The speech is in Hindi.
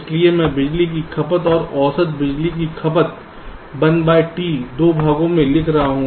इसलिए मैं बिजली की खपत औसत बिजली की खपत 1 बाय T दो भागों में दिखा रहा हूं